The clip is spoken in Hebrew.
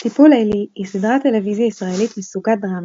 טיפול לילי היא סדרת טלוויזיה ישראלית מסוגת דרמה,